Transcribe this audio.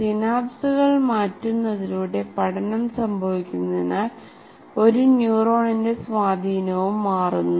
സിനാപ്സുകൾ മാറ്റുന്നതിലൂടെ പഠനം സംഭവിക്കുന്നതിനാൽ ഒരു ന്യൂറോണിന്റെ സ്വാധീനവും മാറുന്നു